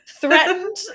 threatened